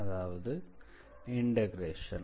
அதாவது vector integration